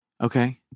Okay